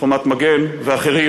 "חומת מגן" ואחרים,